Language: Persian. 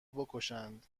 بکشند